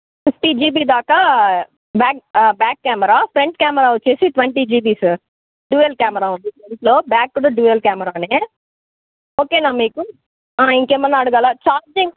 fifty GB దాకా back back camera front camera వచ్చి twenty GB sir dual camera ఉంది ఇందులో బ్యాక్లో కూడా డ్యూయల్ కెమెరానే ఓకేనా మీకు ఇంకేమైనా అడగాలా ఛార్జింగ్